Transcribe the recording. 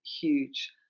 huge